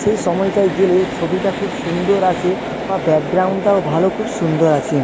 সেই সময়টায় গেলে ছবিটা খুব সুন্দর আসে বা ব্যাকগ্রাউণ্ডটাও ভালো খুব সুন্দর আসে